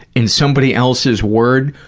and somebody else's word.